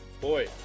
boy